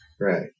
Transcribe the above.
Right